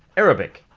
arabic!